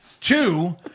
Two